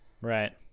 right